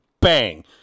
bang